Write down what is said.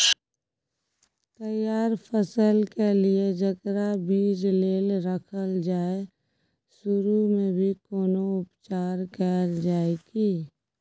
तैयार फसल के लिए जेकरा बीज लेल रखल जाय सुरू मे भी कोनो उपचार कैल जाय की?